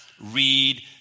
read